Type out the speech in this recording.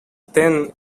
then